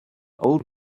old